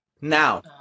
Now